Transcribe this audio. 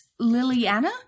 Liliana